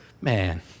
man